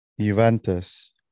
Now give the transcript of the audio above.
Juventus